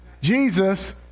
Jesus